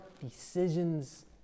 decisions